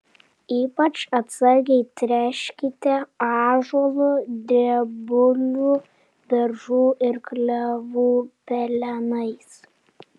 ypač atsargiai tręškite ąžuolų drebulių beržų ir klevų pelenais